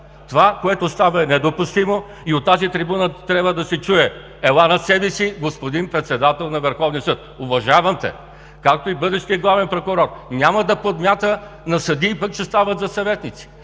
Това, което става, е недопустимо и от тази трибуна трябва да се чуе: „Ела на себе си, господин председател на Върховния съд! Уважавам те!“ Както и бъдещият главен прокурор няма да подмята пък, че стават за съветници.